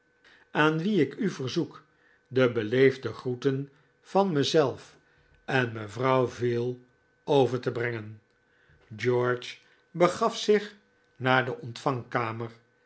aan wie ik u verzoek de beleefde groeten van mezelf en mevrouw veal over te brengen george begaf zich naar de